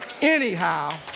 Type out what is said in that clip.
anyhow